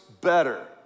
better